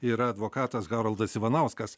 yra advokatas haroldas ivanauskas